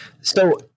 So-